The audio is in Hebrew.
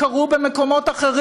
שכחת הכול מזה?